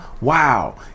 Wow